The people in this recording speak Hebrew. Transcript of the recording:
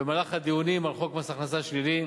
במהלך הדיונים על חוק מס הכנסה שלילי,